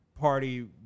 party